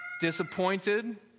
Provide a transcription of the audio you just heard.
disappointed